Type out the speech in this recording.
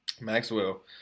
Maxwell